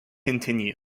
continue